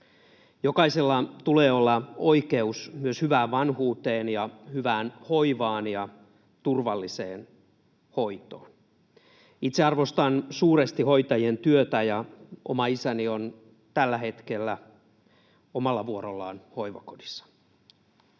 Jokaisella tulee olla oikeus myös hyvään vanhuuteen ja hyvään hoivaan ja turvalliseen hoitoon. Itse arvostan suuresti hoitajien työtä. Oma isäni on tällä hetkellä omalla vuorollaan hoivakodissa.